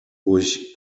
durch